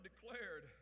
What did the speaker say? declared